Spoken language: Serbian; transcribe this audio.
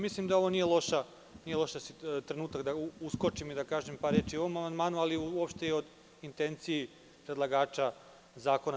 Mislim da ovo nije loš trenutak da uskočim i kažem par reči o ovom amandmanu, ali uopšte o intenciji predlagača zakona.